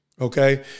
okay